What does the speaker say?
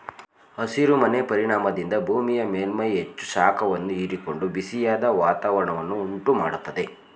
ಹಸಿರು ಮನೆ ಪರಿಣಾಮದಿಂದ ಭೂಮಿಯ ಮೇಲ್ಮೈ ಹೆಚ್ಚು ಶಾಖವನ್ನು ಹೀರಿಕೊಂಡು ಬಿಸಿಯಾದ ವಾತಾವರಣವನ್ನು ಉಂಟು ಮಾಡತ್ತದೆ